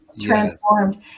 transformed